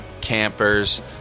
campers